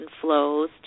flows